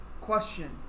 Question